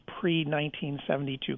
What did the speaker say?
pre-1972